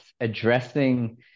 addressing